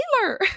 Taylor